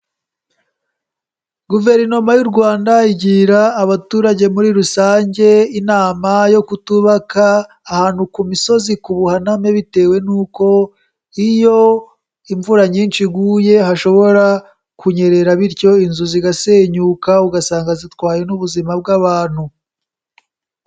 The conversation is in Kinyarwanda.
Guverinoma y'u Rwanda igira abaturage muri rusange inama yo kutubaka ahantu ku misozi, ku buhaname, bitewe nuko iyo imvura nyinshi iguye hashobora kunyerera bityo inzu zigasenyuka, ugasanga zitwaye n'ubuzima bw'abantu.